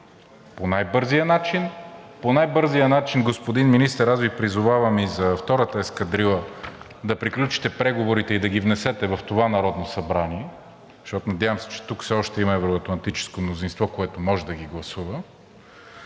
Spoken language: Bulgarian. По най-бързия начин, господин Министър, аз Ви призовавам и за втората ескадрила да приключите преговорите и да ги внесете в това Народно събрание, защото, надявам се, че тук все още има евро-атлантическо мнозинство, което може да ги гласува,